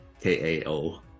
K-A-O